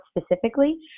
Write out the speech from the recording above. specifically